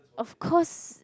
of course